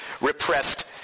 repressed